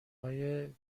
های